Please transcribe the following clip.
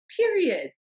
period